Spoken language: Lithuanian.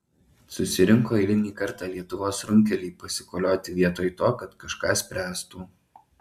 susirinko eilinį kartą lietuvos runkeliai pasikolioti vietoj to kad kažką spręstų